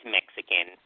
Mexican